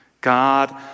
God